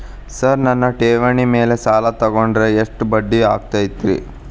Sir ನನ್ನ ಠೇವಣಿ ಮೇಲೆ ಸಾಲ ತಗೊಂಡ್ರೆ ಎಷ್ಟು ಬಡ್ಡಿ ಆಗತೈತ್ರಿ?